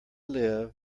live